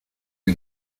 que